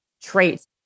traits